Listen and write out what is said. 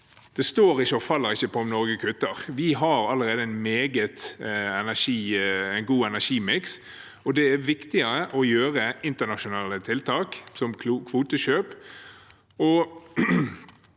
Det står og faller ikke på om Norge kutter. Vi har allerede en meget god energimiks, og det er viktigere med internasjonale tiltak som kvotekjøp.